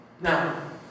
Now